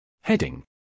Heading